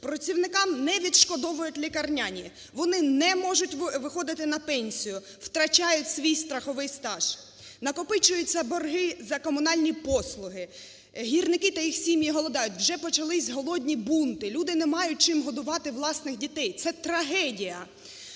Працівникам не відшкодовують лікарняні. Вони не можуть виходити на пенсію. Втрачають свій страховий стаж. Накопичуються борги за комунальні послуги. Гірники та їх сім'ї голодують. Вже почались голодні бунти, люди не мають чим годувати власних дітей. Це трагедія.